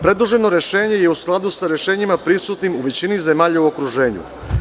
Predloženo rešenje je u skladu sa rešenjima prisutnim u većini zemalja u okruženju.